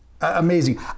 amazing